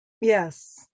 yes